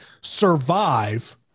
survive